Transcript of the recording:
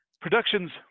production's